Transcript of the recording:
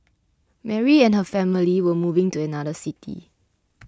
Mary and her family were moving to another city